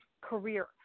career